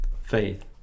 faith